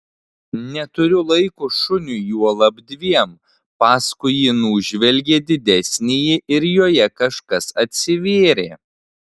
neturiu laiko šuniui juolab dviem paskui ji nužvelgė didesnįjį ir joje kažkas atsivėrė